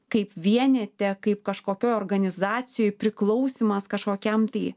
kaip vienete kaip kažkokioj organizacijoj priklausymas kažkokiam tai